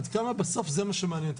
עד כמה בסוף זה מה שמעניין.